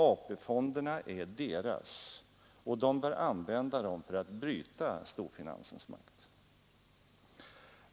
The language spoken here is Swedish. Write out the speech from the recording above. AP-fonderna är deras, och de bör använda dem för att bryta storfinansens makt.